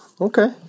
Okay